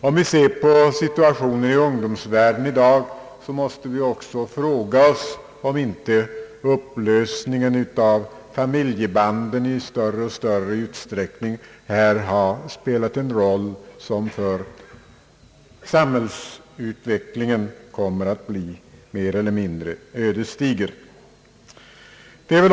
Om vi ser på situationen för ungdomen i dag måste vi också fråga oss om inte upplösningen av familjebanden i allt större utsträckning har spelat en roll som för samhällsutvecklingen kommer att bli mer eller mindre ödesdiger.